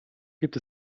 gibt